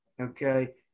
okay